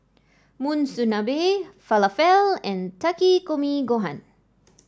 Monsunabe Falafel and Takikomi Gohan